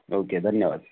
okay धन्यवाद